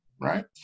right